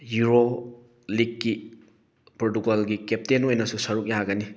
euro ꯂꯤꯒꯀꯤ ꯄ꯭ꯔꯣꯇꯨꯒꯜꯒꯤ captain ꯑꯣꯏꯅꯁꯨ ꯁꯥꯔꯨꯛ ꯌꯥꯒꯅꯤ